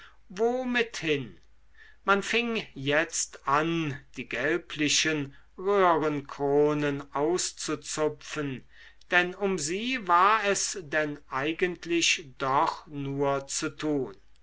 mit hin man fing jetzt an die gelblichen röhrenkronen auszuzupfen denn um sie war es denn eigentlich doch nur zu tun